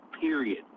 period